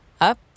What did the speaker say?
up